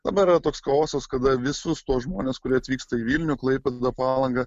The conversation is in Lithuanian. dabar yra toks chaosas kada visus tuos žmones kurie atvyksta į vilnių klaipėdą palangą